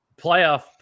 playoff